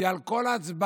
כי על כל הצבעה,